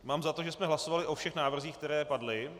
Mám za to, že jsme hlasovali o všech návrzích, které padly.